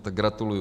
Tak gratuluji.